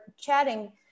chatting